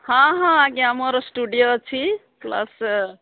ହଁ ହଁ ଆଜ୍ଞା ମୋର ଷ୍ଟୁଡ଼ିଓ ଅଛି ପ୍ଲସ୍